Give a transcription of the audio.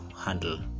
handle